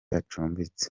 acumbitse